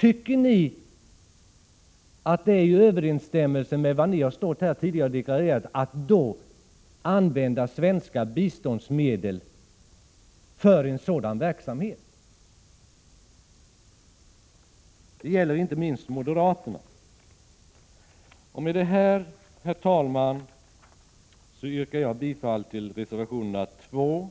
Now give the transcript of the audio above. Tycker ni att det är i överensstämmelse med vad ni tidigare i dag har deklarerat från riksdagens talarstol — det gäller inte minst moderaterna — att använda svenska biståndsmedel till en sådan verksamhet? Med det här, herr talman, yrkar jag bifall till reservationerna 2,